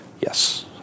Yes